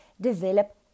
develop